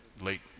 late